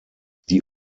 die